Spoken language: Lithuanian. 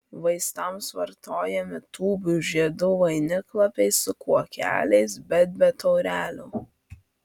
vaistams vartojami tūbių žiedų vainiklapiai su kuokeliais bet be taurelių